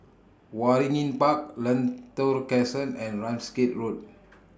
Waringin Park Lentor Crescent and Ramsgate Road